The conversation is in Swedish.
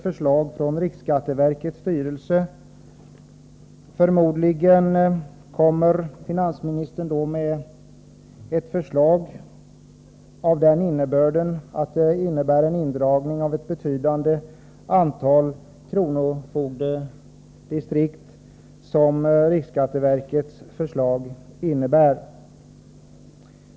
Förmodligen kommer finansministern då med ett förslag om en indragning av ett betydande antal kronofogdedistrikt, som ju riksskatteverkets förslag innebär.